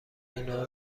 اینا